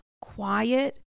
quiet